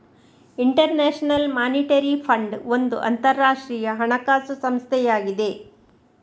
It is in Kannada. ಇಂಟರ್ ನ್ಯಾಷನಲ್ ಮಾನಿಟರಿ ಫಂಡ್ ಒಂದು ಅಂತರಾಷ್ಟ್ರೀಯ ಹಣಕಾಸು ಸಂಸ್ಥೆಯಾಗಿದೆ